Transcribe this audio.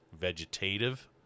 vegetative